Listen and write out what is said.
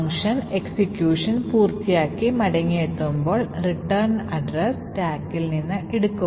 function execution പൂർത്തിയാക്കി മടങ്ങിയെത്തുമ്പോൾ മടക്ക വിലാസം സ്റ്റാക്കിൽ നിന്ന് എടുക്കും